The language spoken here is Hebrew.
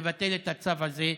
לבטל את הצו הזה,